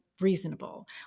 reasonable